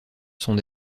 sont